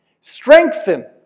strengthen